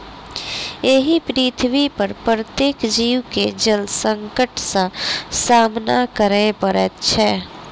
एहि पृथ्वीपर प्रत्येक जीव के जल संकट सॅ सामना करय पड़ैत छै